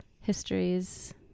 histories